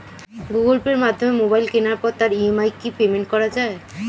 Google পের মাধ্যমে mobile কেনার পরে তার ই.এম.আই কি পেমেন্ট করা যায়?